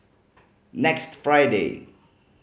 next Friday